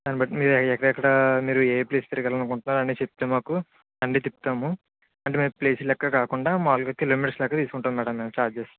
దాన్నిబట్టి మీరు ఎక్కడెక్కడ మీరు ఏ ప్లేసు తిరగాలనుకుంటూనారో అన్ని చెప్తే మాకు అన్ని తిప్పుతాము అంటే మేము ప్లేసు లెక్క కాకుండా మాముల్గా కిలోమీటర్స్ లెక్క తీసుకుంటాము మ్యాడం మేము ఛార్జెస్